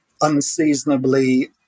unseasonably